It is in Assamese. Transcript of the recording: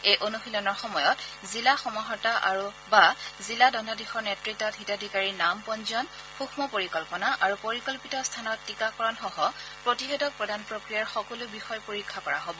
এই অনুশীলনৰ সময়ত জিলা সমাৰ্হতা বা জিলা দণ্ডাধীশৰ নেতত্বত হিতাধিকাৰীৰ নাম পঞ্জীয়ন সৃক্ষ্ম পৰিকল্পনা আৰু পৰিকল্পিত স্থানত টীকাকৰণসহ প্ৰতিষেধক প্ৰদান প্ৰক্ৰিয়াৰ সকলো বিষয় পৰীক্ষা কৰা হ'ব